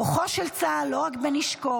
כוחו של צה"ל לא רק בנשקו,